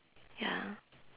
ya